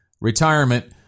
retirement